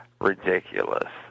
ridiculous